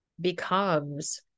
becomes